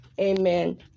Amen